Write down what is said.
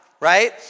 right